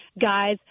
guys